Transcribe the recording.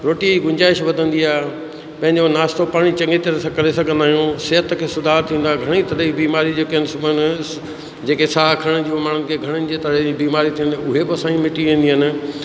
रोटीअ जी गुंजाइश वधंदी आहे पंहिंजो नाश्तो पाणी चङी तरह सां करे सघंदा आहियूं सिहत खे सुधार थींदो आहे घणेई तरह जी बीमारी जेके अनसुन आहिनि जेके साहु खणण जूं माण्हुनि खे घणिन जे तरह जी बीमारी थींदियूं उहे बि असां जूं मिटी वेंदियूं आहिनि